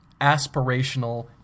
aspirational